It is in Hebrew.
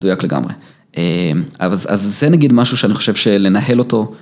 מדוייק לגמרי, אז זה נגיד משהו שאני חושב שלנהל אותו.